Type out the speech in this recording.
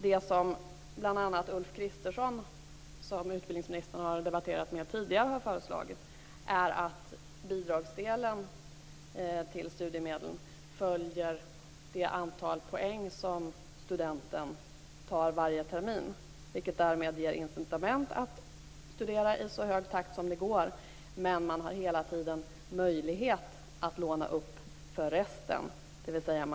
Det som bl.a. Ulf Kristersson, som utbildningsministern har debatterat tidigare med, har föreslagit är att bidragsdelen i studiemedlen skall följa det antal poäng som studenten tar varje termin. Det ger incitament att studera i så hög takt som möjligt samtidigt som man hela tiden har möjlighet att låna upp till det som resterar.